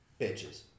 Bitches